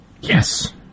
Yes